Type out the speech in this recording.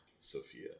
Sophia